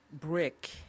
brick